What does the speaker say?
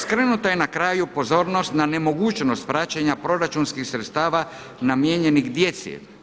Skrenuta je na kraju pozornost na nemogućnost praćenja proračunskih sredstava namijenjenih djeci.